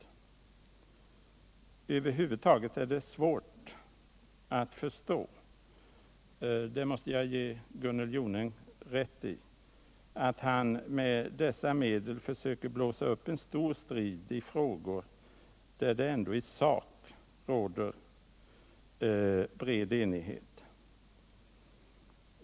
Över huvud taget är det svårt att förstå — det måste jag ge Gunnel Jonäng rätt i— att han med dessa medel försöker blåsa upp en stor strid i frågor där det ändå i sak råder bred enighet.